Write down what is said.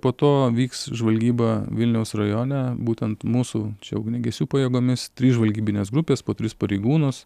po to vyks žvalgyba vilniaus rajone būtent mūsų čia ugniagesių pajėgomis trys žvalgybinės grupės po tris pareigūnus